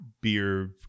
beer